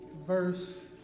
verse